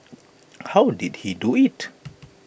how did he do IT